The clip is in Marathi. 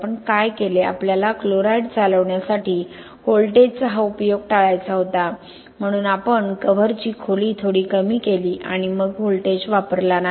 आपण काय केले आपल्याला क्लोराईड चालविण्यासाठी व्होल्टेजचा हा उपयोग टाळायचा होता म्हणून आपण कव्हरची खोली थोडी कमी केली आणि आपण व्होल्टेज वापरला नाही